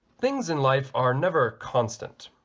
things in life are never constant